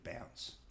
bounce